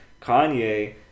Kanye